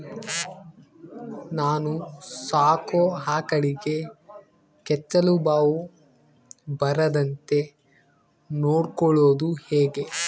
ನಾನು ಸಾಕೋ ಆಕಳಿಗೆ ಕೆಚ್ಚಲುಬಾವು ಬರದಂತೆ ನೊಡ್ಕೊಳೋದು ಹೇಗೆ?